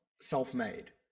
self-made